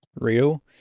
real